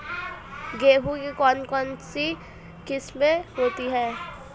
गेहूँ की कौन कौनसी किस्में होती है?